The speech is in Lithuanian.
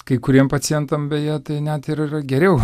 kai kuriem pacientam beje tai net ir yra geriau